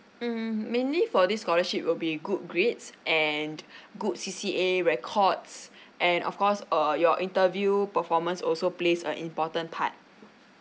mm mainly for this scholarship will be good grades and good C_C_A records and of course err your interview performance also plays a important part